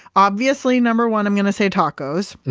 obviously number one, i'm going to say tacos.